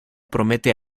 promete